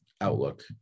outlook